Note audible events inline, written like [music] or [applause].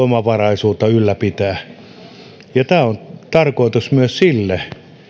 [unintelligible] omavaraisuutta ylläpitää tämä on tarkoitus myös sille